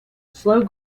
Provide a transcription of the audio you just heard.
slow